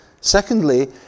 Secondly